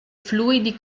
fluidi